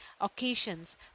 occasions